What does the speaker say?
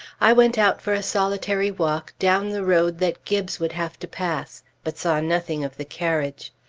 i went out for a solitary walk down the road that gibbes would have to pass but saw nothing of the carriage.